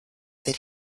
that